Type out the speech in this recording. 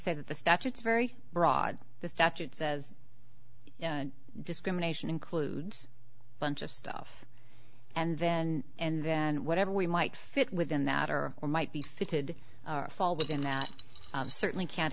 say that the statutes very broad the statute says discrimination includes bunch of stuff and then and then whatever we might fit within that are or might be fitted fall within that certainly can